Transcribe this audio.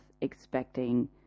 expecting